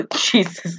Jesus